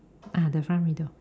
ah the front window